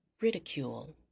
Ridicule